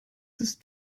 ist